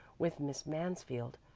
with miss mansfield.